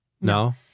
No